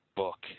book